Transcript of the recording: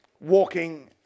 walking